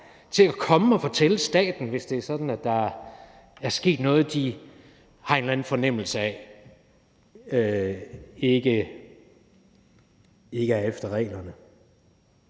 skal komme og fortælle staten, hvis det er sådan, at der er sket noget, de har en eller anden fornemmelse ikke er efter reglerne.